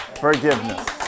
Forgiveness